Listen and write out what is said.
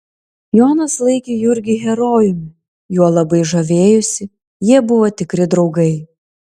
jonas laikė jurgį herojumi juo labai žavėjosi jie buvo tikri draugai